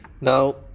Now